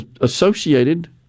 associated